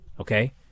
okay